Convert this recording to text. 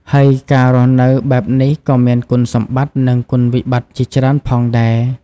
ហើយការរស់នៅបែបនេះក៏មានគុណសម្បតិ្តនឹងគុណវិបត្តិជាច្រើនផងដែរ ។